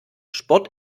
sport